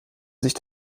sich